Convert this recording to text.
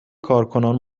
کارکنان